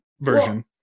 version